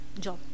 job